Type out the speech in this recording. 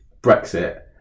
Brexit